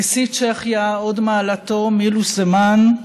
נשיא צ'כיה הוד מעלתו מילוש זמאן,